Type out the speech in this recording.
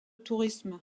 tourisme